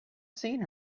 seen